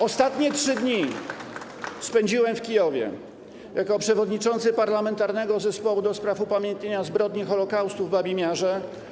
Ostatnie 3 dni spędziłem w Kijowie jako przewodniczący Parlamentarnego Zespołu ds. Upamiętnienia Zbrodni Holocaustu w Babim Jarze.